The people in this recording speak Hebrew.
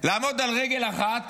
לעמוד על רגל אחת